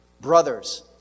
Brothers